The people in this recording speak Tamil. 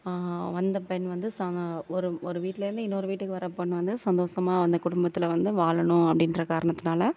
வந்த பெண் வந்து சா ஒரு ஒரு வீட்டிலேருந்து இன்னொரு வீட்டுக்கு வர பொண்ணு சந்தோஷமா அந்த குடும்பத்தில் வந்து வாழணும் அப்படின்ற காரணத்தினால